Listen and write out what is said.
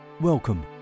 Welcome